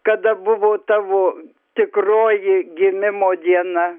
kada buvo tavo tikroji gimimo diena